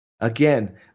Again